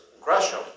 Gresham